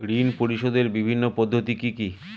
ঋণ পরিশোধের বিভিন্ন পদ্ধতি কি কি?